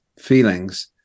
feelings